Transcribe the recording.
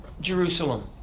Jerusalem